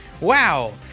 wow